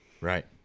Right